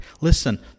Listen